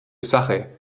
sache